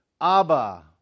Abba